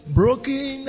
broken